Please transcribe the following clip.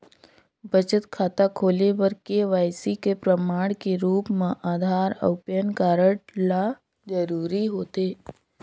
बचत खाता खोले बर के.वाइ.सी के प्रमाण के रूप म आधार अऊ पैन कार्ड ल जरूरी होथे